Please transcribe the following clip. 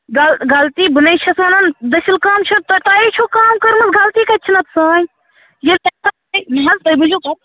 غل غلطی بہٕ نٔے چھَس وَنان دٔسِل کٲم چھِ تۄہہِ تۄہے چھَو کٲم کٔرمٕژ غلطی کَتہِ چھِ نتہٕ سٲنۍ ییٚلہِ نہَ حظ تُہۍ بوٗزِو